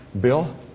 Bill